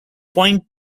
point